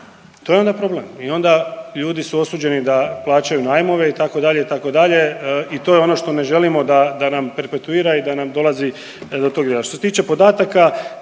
to je onda problem i onda ljudi su osuđeni da plaćaju najmove, itd., itd. i to je ono što ne želimo da nam perpetuira i da nam dolazi do toga. Što se tiče podataka,